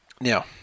Now